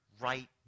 right